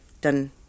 done